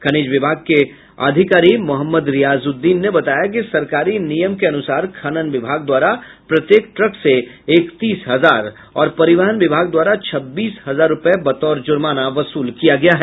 खनिज विभाग के अधिकारी मोहम्मद रेयाजुद्दीन ने बताया कि सरकारी नियम के अनुसार खनन विभाग द्वारा प्रत्येक ट्रक से इकतीस हजार और परिवहन विभाग द्वारा छब्बीस हजार रुपये बतौर जुर्माना वसूल किया गया है